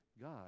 God